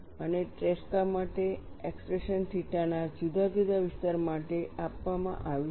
અને ટ્રેસ્કા માટે એક્સપ્રેશન થીટા ના જુદા જુદા વિસ્તાર માટે આપવામાં આવી છે